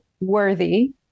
worthy